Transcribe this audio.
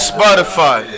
Spotify